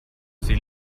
sie